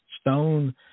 stone